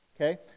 Okay